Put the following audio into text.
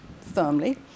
firmly